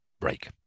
break